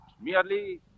merely